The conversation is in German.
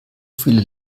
viele